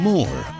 More